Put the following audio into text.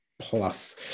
plus